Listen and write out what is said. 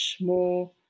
more